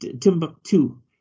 timbuktu